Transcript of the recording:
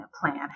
plan